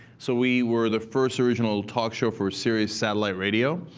so we were the first original talk show for sirius satellite radio.